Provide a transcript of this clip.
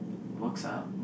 works are